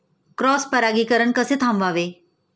Cross परागीकरण कसे थांबवावे?